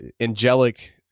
angelic